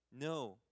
No